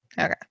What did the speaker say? Okay